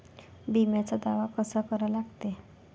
बिम्याचा दावा कसा करा लागते?